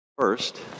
First